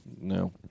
no